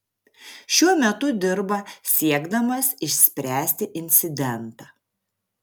šiuo metu dirba siekdamas išspręsti incidentą